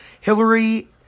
Hillary